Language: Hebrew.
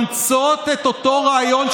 מאמצות את אותו רעיון,